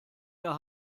der